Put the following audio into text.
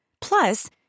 Plus